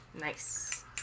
Nice